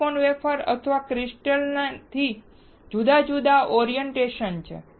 silicon wafer અથવા ક્રિસ્ટલની જુદા જુદા ઓરિએન્ટેશન છે